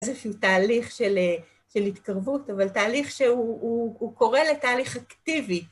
איזה שהוא תהליך של של התקרבות, אבל תהליך שהוא קורא לתהליך אקטיבי.